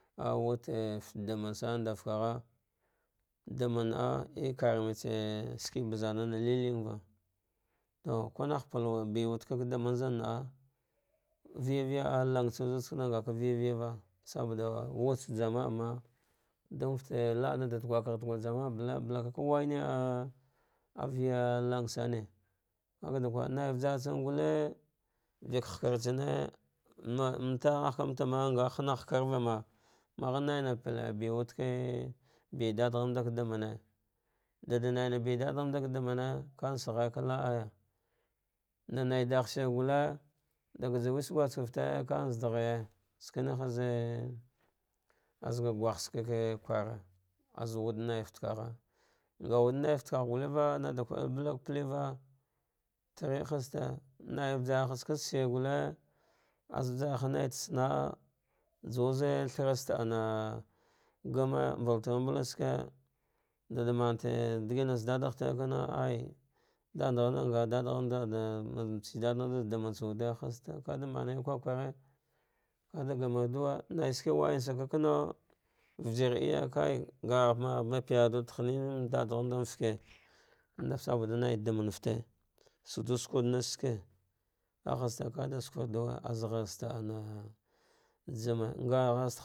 Awuede fate damane sane ndau kagha da danmarana akarani shika bazana lilinge to ku nah pal be wude damana zana'a vivaja lang san zud tsana ngaka viviva sabuda wutsa jana'a ma dan fate dan fate la atsa ata gwagh tugwa jana beleka ka waina'a kiya lang sane kakada nai vajartsangalle, fik hakartsane mata na ghakamata ma, nga hana hakarvama naina pal be wude ke ba dadaghamanda ka dame ne, daidana be dadaghana ka damane kansa ghka la'aya, nanaidagh shir galle da gada wesk ka guskefte kana zedeh skene az gah gwaghtsaka ka kwara az wud naifate kagha nga kai fate kagh guleva, nada gute ka palva trea hazte, naivagarsaga shir gulle azvajarh a naida sana'ah, juwaz thara ana ana gamer mbal thushike daida mante digina tsa dadagh tare diginatsa dadaghtare nga dada nrbse dadagha mand da damand tsa wude hazte, kada manre kukare ada ganarduwe, nai shike waisane kakanaw vijir eye kai ngh mapayardugh hane da kakanaw vijir eye kai ngh ma payar dugh hane da dadaghum feke, sabuda naidaman fate sudu sakawud nasake ahzta kada sukurduu we azhar ste ana jame ngha ghar.